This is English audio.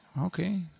okay